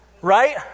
right